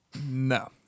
No